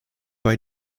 bei